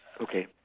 Okay